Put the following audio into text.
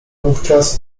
wówczas